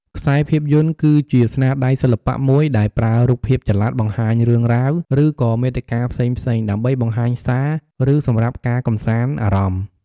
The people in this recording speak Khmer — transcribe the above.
ខ្សែភាពយន្ត គឺជាស្នាដៃសិល្បៈមួយដែលប្រើរូបភាពចល័តបង្ហាញរឿងរ៉ាវ ឬក៏មាតិកាផ្សេងៗ ដើម្បីបង្ហាញសារ ឬ សម្រាប់ការកំសាន្តអារម្មណ៌។